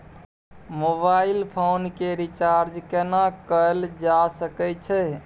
Mobile phone के recharge केना कैल जा सकै छै?